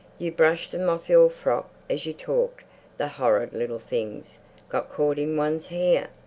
you brushed them off your frock as you talked the horrid little things got caught in one's hair.